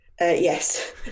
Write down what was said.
Yes